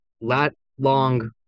lat-long